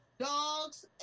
Dogs